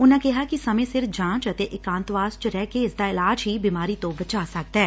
ਉਨੂਾ ਕਿਹਾ ਕਿ ਸਮੇਂ ਸਿਰ ਜਾਂਚ ਅਤੇ ਇਕਾਂਤਵਾਸ ਚ ਰਹਿ ਕੇ ਇਸਦਾ ਇਲਾਜ ਹੀ ਬਿਮਾਰੀ ਤੋਂ ਬਚਾ ਸਕਦੈ